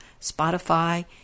Spotify